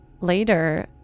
Later